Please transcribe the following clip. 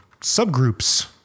subgroups